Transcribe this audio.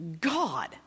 God